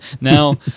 Now